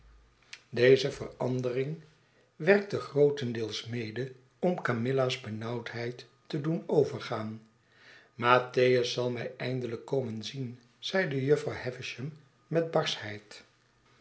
deze verandering qeoote verwachtingen werkte grootelijks mede om camilla's benauwdheid te doen overgaan mattheiis zal mi eindelijk komen zien zeide jufvrouw havisham met barschheid